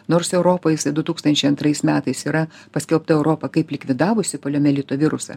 nors europoj jisai du tūkstančiai antrais metais yra paskelbta europa kaip likvidavusi poliomielito virusą